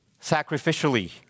sacrificially